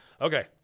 Okay